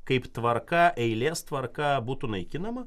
kaip tvarka eilės tvarka būtų naikinama